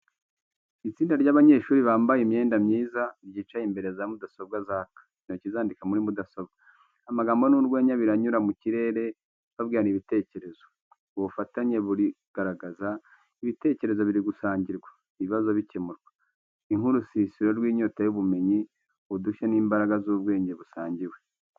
Itsinda ry’abanyeshuri bambaye imyenda myiza, ryicaye imbere ya za mudasobwa zaka, intoki zandika muri mudasobwa. Amagambo n’urwenya biranyura mu kirere, babwirana ibitekerezo. Ubufatanye burigaragaza, ibitekerezo biri gusangirwa, ibibazo bikemurwa. Ni nk’urusisiro rw’inyota y’ubumenyi, udushya n’imbaraga z’ubwenge busangiwe.